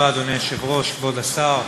אדוני היושב-ראש, תודה רבה, כבוד השר,